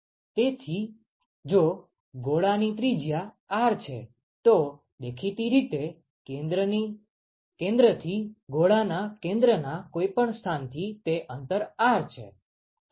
તેથી જો ગોળા ની ત્રિજ્યા R છે તો દેખીતી રીતે કેન્દ્રથી ગોળા ના કેન્દ્રના કોઈપણ સ્થાનથી તે અંતર R છે